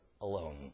alone